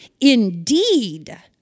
indeed